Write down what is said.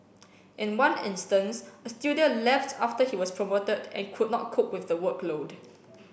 in one instance a student left after he was promoted and could not cope with the workload